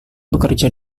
bekerja